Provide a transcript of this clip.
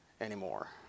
anymore